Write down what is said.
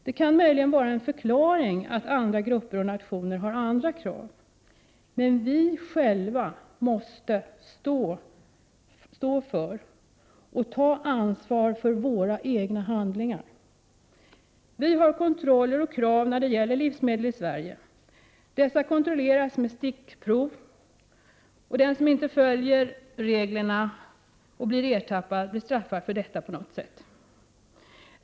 Det kan möjligen vara en förklaring att andra grupper och nationer har andra krav — men vi själva måste stå för och ta ansvar för våra egna handlingar. I Sverige har vi kontroller och krav när det gäller livsmedel. Dessa kontrolleras med stickprov, och den som blir ertappad med att inte följa reglerna blir straffad för detta på något sätt.